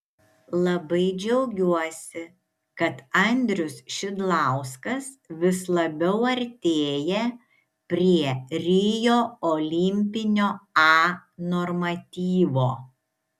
labai džiaugiuosi kad andrius šidlauskas vis labiau artėja prie rio olimpinio a normatyvo